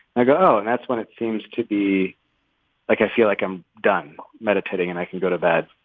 i go and that's when it seems to be like i feel like i'm done meditating and i can go to bed.